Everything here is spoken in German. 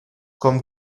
komm